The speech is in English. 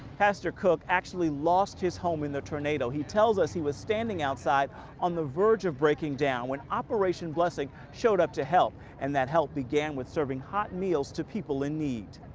pastor cook actually lost his home in the tornado. he tells us he was standing outside on the verge of breaking down when operation blessing showed up to help, and that help began with serving hot meals to people in need.